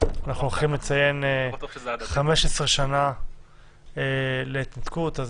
אנחנו הולכים לציין 15 שנה להתנתקות,